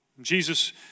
Jesus